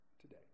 today